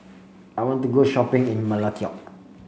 I want to go shopping in Melekeok